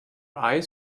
eyes